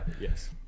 Yes